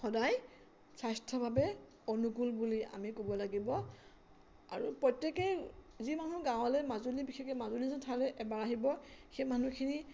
সদায় স্বাস্থ্যৰ বাবে অনুকূল বুলি আমি ক'ব লাগিব আৰু প্ৰত্যেকেই যি মানুহ গাঁৱলৈ মাজুলী বিশেষকৈ মাজুলীৰ নিচিনা ঠাইলৈ এবাৰ আহিব সেই মানুহখিনিয়ে